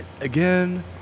again